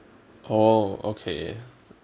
oh okay